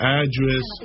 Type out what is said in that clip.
address